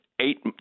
eight